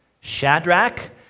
Shadrach